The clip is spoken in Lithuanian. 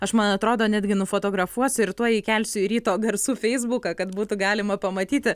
aš man atrodo netgi nufotografuosiu ir tuoj įkelsiu į ryto garsų feisbuką kad būtų galima pamatyti